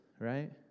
right